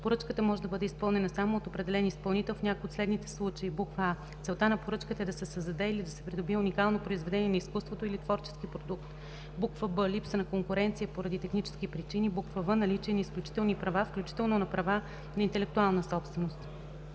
поръчката може да бъде изпълнена само от определен изпълнител в някой от следните случаи: а) целта на поръчката е да се създаде или да се придобие уникално произведение на изкуството или творчески продукт; б) липса на конкуренция поради технически причини; в) наличие на изключителни права, включително на права на интелектуална собственост;